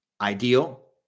ideal